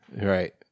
Right